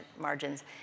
margins